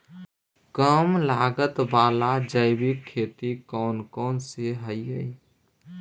कम लागत वाला जैविक खेती कौन कौन से हईय्य?